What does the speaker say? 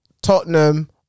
Tottenham